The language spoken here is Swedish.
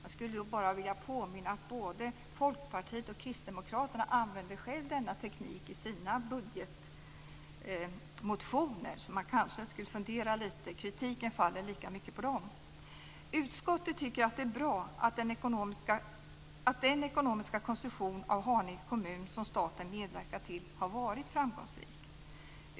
Jag skulle bara vilja påminna om att både Folkpartiet och Kristdemokraterna själva använder denna teknik i sina budgetmotioner, så de kanske skulle fundera lite. Kritiken faller lika mycket på dem. Utskottet tycker att det är bra att den ekonomiska konstruktion av Haninge kommun som staten medverkat till har varit framgångsrik.